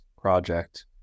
project